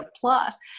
plus